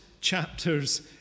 chapters